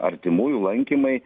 artimųjų lankymai